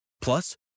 Plus